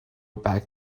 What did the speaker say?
back